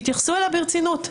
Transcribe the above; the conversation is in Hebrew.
תתייחסו אליה ברצינות.